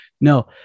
No